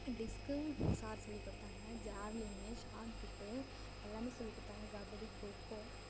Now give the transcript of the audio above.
டிஸ்க்கும் sir சொல்லி கொடுத்தாங்க ஜாவ்லிங்கு ஷாட்புட்டு எல்லாமே சொல்லிக் கொடுத்தாங்க கபடி கொக்கோ